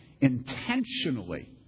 intentionally